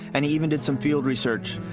and even at some field research.